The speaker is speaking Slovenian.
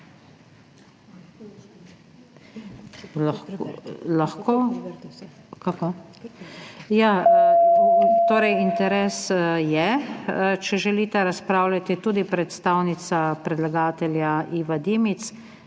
Interes je. Če želita razpravljati tudi predstavnica predlagatelja Iva Dimic